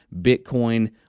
Bitcoin